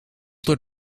door